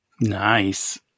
Nice